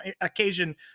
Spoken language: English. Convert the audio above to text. occasion